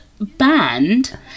band